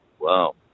wow